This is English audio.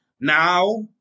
Now